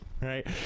right